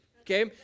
Okay